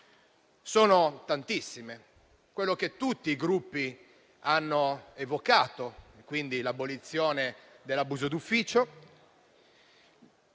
vi troviamo quella che tutti i Gruppi hanno evocato, quindi l'abolizione dell'abuso d'ufficio,